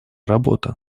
работа